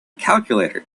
calculator